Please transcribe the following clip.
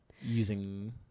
Using